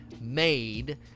made